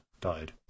died